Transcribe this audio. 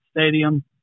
stadium